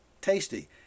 tasty